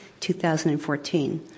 2014